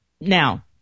Now